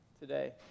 today